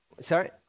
Sorry